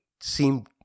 seem